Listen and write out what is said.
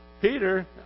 Peter